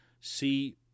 see